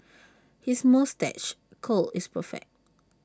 his moustache curl is perfect